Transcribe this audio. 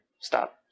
stop